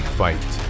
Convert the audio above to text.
fight